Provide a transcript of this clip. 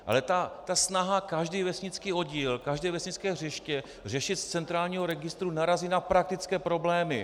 Ale ta snaha každý vesnický oddíl, každé vesnické hřiště řešit z centrálního registru narazí na praktické problémy.